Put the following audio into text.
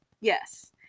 Yes